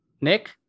Nick